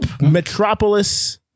Metropolis